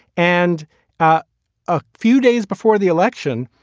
and ah a few days before the election,